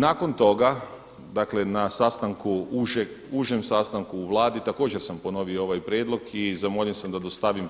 Nakon toga dakle na sastanku, užem sastanku u Vladi također sam ponovio ovaj prijedlog i zamoljen sam da dostavim